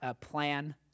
plan